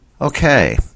Okay